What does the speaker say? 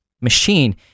machine